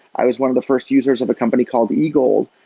i was one of the first users of a company called eagle,